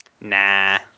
nah